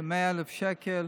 של 100,000 שקל,